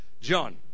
John